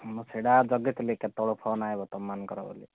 ମୁଁ ସେଇଟା ଜଗିଥିଲି କେତେବେଳେ ଫୋନ୍ ଆସିବ ତମମାନଙ୍କର ବୋଲି